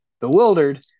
Bewildered